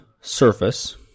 surface